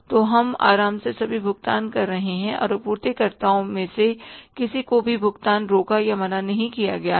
तो हम आराम से सभी भुगतान कर रहे हैं और आपूर्तिकर्ताओं में से किसी को भी भुगतान रोका या मना नहीं किया गया है